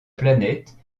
planète